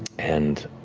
and